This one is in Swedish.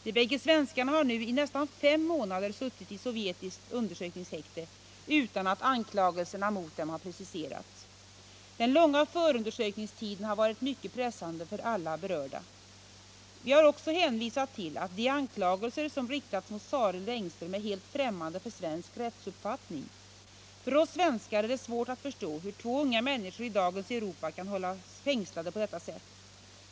De bägge svenskarna har nu i nästan fem månader suttit i sovjetiskt undersökningshäkte utan att anklagelserna mot dem har preciserats. Den långa förundersökningstiden har varit mycket pressande för alla berörda. Vi har också hänvisat till att de anklagelser som riktats mot Sareld och Engström är helt främmande för svensk rättsuppfattning. För oss svenskar är det svårt att förstå hur två unga människor i dagens Europa kan hållas fängslade på detta sätt.